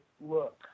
look